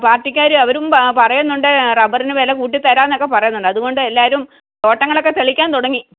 പാർട്ടിക്കാരും അവരും പറയുന്നുണ്ട് റബ്ബറിന് വില കൂട്ടിത്തരാം എന്നൊക്കെ പറയുന്നുണ്ട് അതുകൊണ്ട് എല്ലാവരും തോട്ടങ്ങളൊക്കെ തെളിക്കാൻ തുടങ്ങി